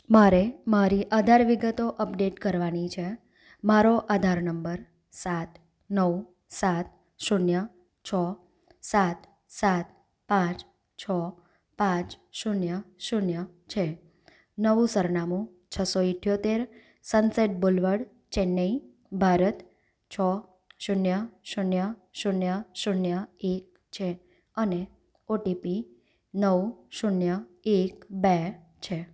મારે મારી આધાર વિગતો અપડેટ કરવાની છે મારો આધાર નંબર સાત નવ સાત શૂન્ય છો સાત સાત પાંચ છો પાંચ શૂન્ય શૂન્ય છે નવું સરનામું છસ્સો ઇઠ્યોતેર sunset boulevard Chennai Bharat છો શૂન્ય શૂન્ય શૂન્ય શૂન્ય એક છે અને ઓટીપી નવ શૂન્ય એક બે છે